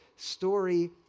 story